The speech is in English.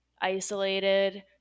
isolated